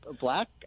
black